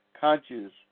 conscious